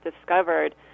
discovered